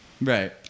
Right